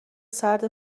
سرد